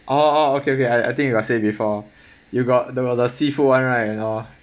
orh orh okay okay I I think you got say before you got the got the seafood [one] right and all